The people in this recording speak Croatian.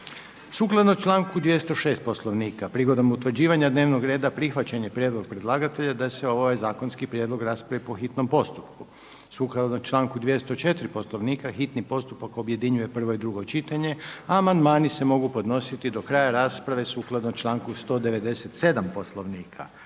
Sukladno članku 206. Poslovnika prigodom utvrđivanja dnevnog reda prihvaćen je prijedlog predlagatelja da se ovaj zakonski prijedlog raspravio po hitnom postupku. Sukladno članku 204. Poslovnika hitni postupak objedinjuje prvo i drugo čitanje a amandmani se mogu podnositi do kraja rasprave sukladno članku 197. Poslovnika.